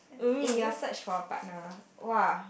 eh your search for a partner !wah!